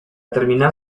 terminar